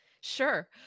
Sure